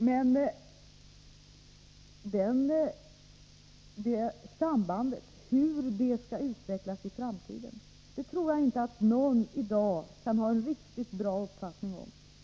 Men hur det sambandet kommer att utvecklas tror jag inte att någon i dag kan ha en klar uppfattning om.